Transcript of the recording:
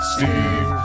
Steve